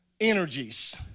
energies